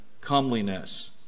comeliness